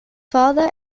father